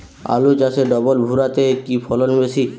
আলু চাষে ডবল ভুরা তে কি ফলন বেশি?